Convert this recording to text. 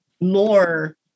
more